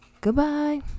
Goodbye